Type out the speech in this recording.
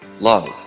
love